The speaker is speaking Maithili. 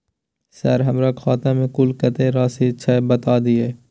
सर हमरा खाता में कुल कत्ते राशि छै बता दिय?